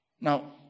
Now